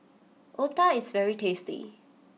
Otah is very tasty